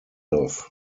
off